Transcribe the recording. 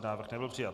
Návrh nebyl přijat.